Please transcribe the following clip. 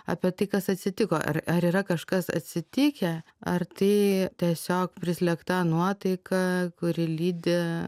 apie tai kas atsitiko ar ar yra kažkas atsitikę ar tai tiesiog prislėgta nuotaika kuri lydi